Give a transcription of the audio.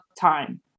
time